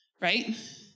right